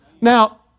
Now